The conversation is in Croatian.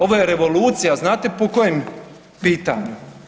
Ovo je revolucija, znate po kojem pitanju?